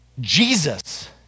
Jesus